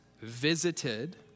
visited